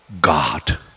God